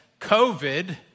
COVID